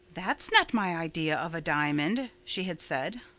that's not my idea of a diamond, she had said.